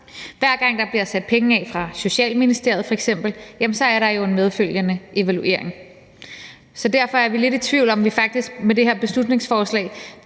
Hver gang der bliver sat penge af fra Socialministeriets side f.eks., er der jo en medfølgende evaluering. Så derfor er vi lidt i tvivl om, om vi faktisk med det her beslutningsforslag